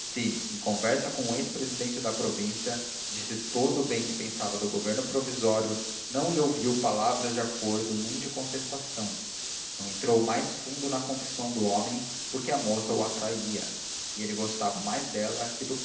se em conversa com o ex presidente de província disse todo o bem que pensava do governo provisório não lhe ouviu palavras de acordo nem de contestação não entrou mais fundo na confissão do homem porque a moça o atraía e ele gostava mais dela que do